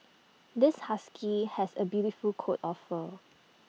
this husky has A beautiful coat of fur